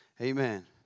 Amen